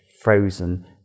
frozen